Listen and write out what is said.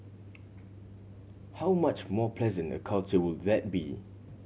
how much more pleasant a culture would that be